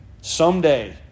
someday